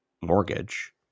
mortgage